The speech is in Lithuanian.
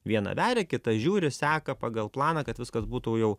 viena veria kita žiūri seka pagal planą kad viskas būtų jau